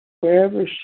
wherever